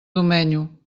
domenyo